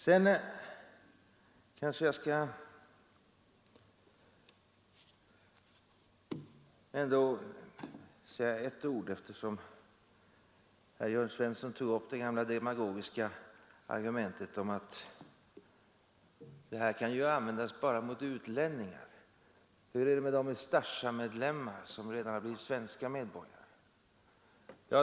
Sedan kanske jag skall säga ett par ord till herr Jörn Svensson, eftersom han tog upp det gamla demagogiska argumentet om att lagen är riktad enbart mot utlänningar. Han frågade: Hur är det med de Ustasja-medlemmar som redan har blivit svenska medborgare?